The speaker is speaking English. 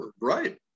Right